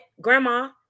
grandma